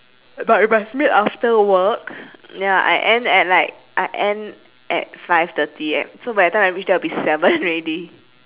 but we but meet after work ya I end at like I end at five thirty so by the time I reach there will be seven already